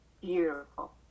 Beautiful